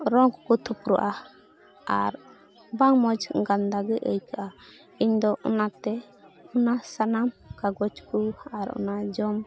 ᱨᱚ ᱠᱚᱠᱚ ᱛᱷᱩᱯᱨᱩᱜᱼᱟ ᱟᱨ ᱵᱟᱝ ᱢᱚᱡᱽ ᱜᱟᱱᱫᱷᱟ ᱜᱮ ᱟᱹᱭᱠᱟᱹᱜᱼᱟ ᱤᱧᱫᱚ ᱚᱱᱟᱛᱮ ᱚᱱᱟ ᱥᱟᱱᱟᱢ ᱠᱟᱜᱚᱡᱽ ᱠᱚ ᱟᱨ ᱚᱱᱟ ᱡᱚᱢ